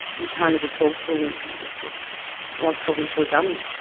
you can't even talk to him, it's just like talking to a dummy.